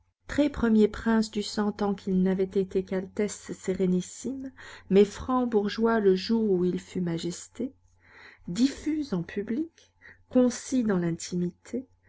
très premier prince du sang tant qu'il n'avait été qu'altesse sérénissime mais franc bourgeois le jour où il fut majesté diffus en public concis dans l'intimité